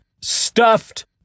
stuffed